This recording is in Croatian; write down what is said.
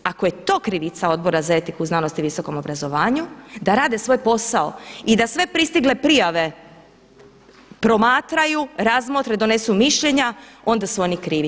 Ako je to krivica Odbora za etiku, znanost i visokom obrazovanju da rade svoj posao i da sve pristigle prijave promatraju, razmotre, donesu mišljenja onda su oni krivi.